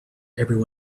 every